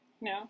No